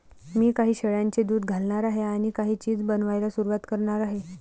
मी काही शेळ्यांचे दूध घालणार आहे आणि काही चीज बनवायला सुरुवात करणार आहे